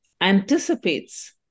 anticipates